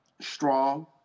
strong